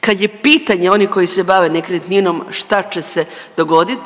kad je pitanje onih koji se bave nekretninom šta će se dogodit.